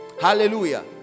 Hallelujah